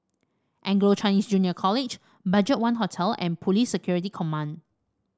Anglo Chinese Junior College BudgetOne Hotel and Police Security Command